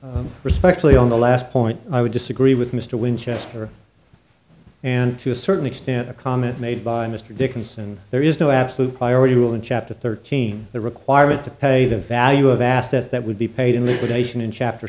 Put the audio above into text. that respectfully on the last point i would disagree with mr winchester and to a certain extent a comment made by mr dickinson there is no absolute priority rule in chapter thirteen the requirement to pay the value of assets that would be paid in litigation in chapter